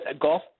golf